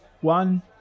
one